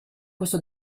questo